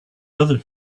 other